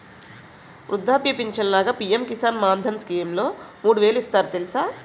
వృద్ధాప్య పించను లాగా పి.ఎం కిసాన్ మాన్ధన్ స్కీంలో మూడు వేలు ఇస్తారు తెలుసా?